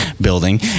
building